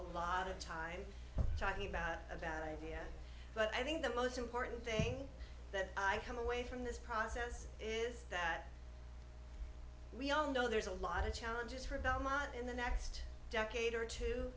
lot of time talking about that idea but i think the most important thing that i come away from this process is that we all know there's a lot of challenges for in the next decade or